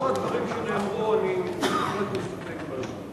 אחרי הדברים שנאמרו, אני מסתפק בזה.